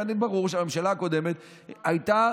וברור שהממשלה הקודמת הייתה